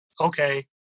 okay